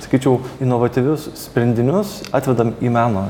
sakyčiau inovatyvius sprendinius atvedam į meno